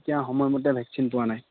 এতিয়া সময়মতে ভেকচিন পোৱা নাই